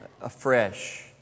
afresh